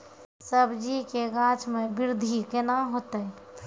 सब्जी के गाछ मे बृद्धि कैना होतै?